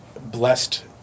blessed